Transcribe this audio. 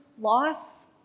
loss